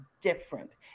different